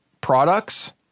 products